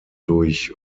durch